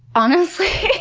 honestly,